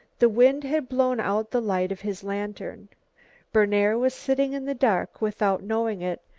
the wind had blown out the light of his lantern berner was sitting in the dark without knowing it,